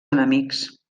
enemics